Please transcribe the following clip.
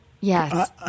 Yes